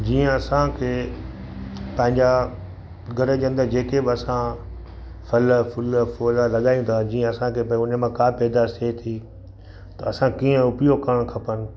जीअं असांखे तव्हांजा घर जे अंदरु जेके बि असां फल फुल फोरा लॻाईंदा आहिनि जीअं असांजे त उन में खाध पैदास थिए थी त असां कीअं उपयोग करणु खपनि